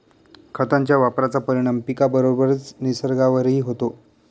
खतांच्या वापराचा परिणाम पिकाबरोबरच निसर्गावरही होतो